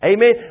Amen